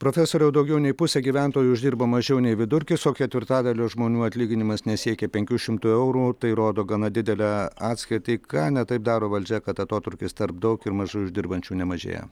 profesoriau daugiau nei pusė gyventojų uždirba mažiau nei vidurkis o ketvirtadalio žmonių atlyginimas nesiekia penkių šimtų eurų tai rodo gana didelę atskirtį ką ne taip daro valdžia kad atotrūkis tarp daug ir mažai uždirbančių nemažėja